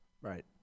Right